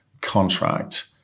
contract